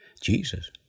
Jesus